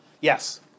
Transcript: Yes